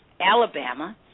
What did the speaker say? Alabama